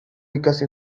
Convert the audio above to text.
ikasi